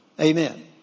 Amen